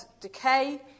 decay